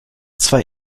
zwei